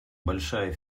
большая